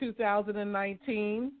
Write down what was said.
2019